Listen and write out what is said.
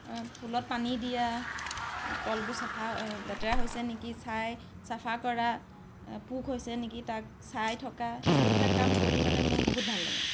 ফুলত পানী দিয়া তলবোৰ চাফা লেতেৰা হৈছে নেকি চাই চাফা কৰা পোক হৈছে নেকি তাত চাই থকা এইবিলাক কাম কৰি মানে মোৰ বহুত ভাল লাগে